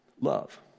love